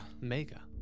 Mega